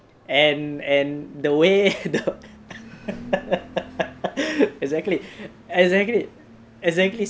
and and the way the exactly exactly exactly